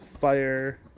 fire